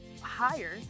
higher